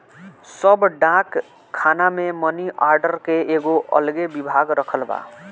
सब डाक खाना मे मनी आर्डर के एगो अलगे विभाग रखल बा